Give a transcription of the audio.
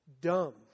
dumb